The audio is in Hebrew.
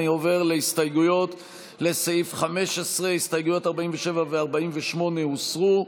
אני עובר להסתייגויות לסעיף 15. הסתייגויות 47 48 הוסרו.